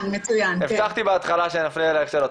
הבטחתי בהתחלה שנפנה אלייך שאלות.